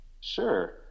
Sure